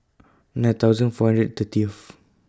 nine thousand four hundred thirtieth